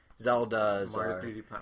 Zeldas